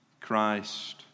Christ